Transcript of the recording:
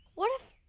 what if